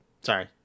sorry